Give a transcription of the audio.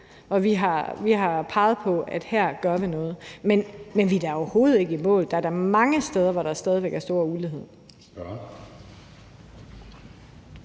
som vi har peget på at vi gør noget ved. Men vi er da overhovedet ikke i mål; der er da mange steder, hvor der stadig væk er stor ulighed.